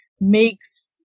makes